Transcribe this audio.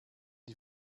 die